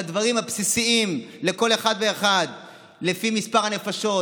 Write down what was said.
לדברים הבסיסיים לכל אחד ואחד לפי מספר הנפשות,